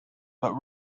but